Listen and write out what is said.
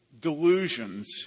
delusions